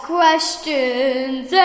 questions